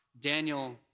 Daniel